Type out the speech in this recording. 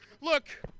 Look